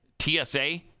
TSA